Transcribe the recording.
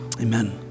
Amen